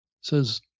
Says